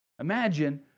Imagine